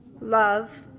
Love